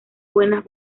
buenas